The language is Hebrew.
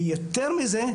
יותר מזה,